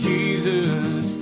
Jesus